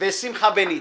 ושמחה בניטה,